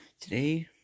Today